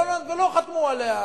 ולא חתמו עליה.